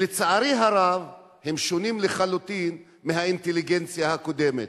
ולצערי הרב הם שונים לחלוטין מהאינטליגנציה הקודמת.